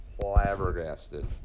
flabbergasted